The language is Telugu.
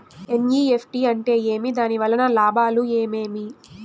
ఎన్.ఇ.ఎఫ్.టి అంటే ఏమి? దాని వలన లాభాలు ఏమేమి